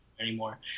anymore